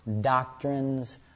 doctrines